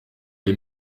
les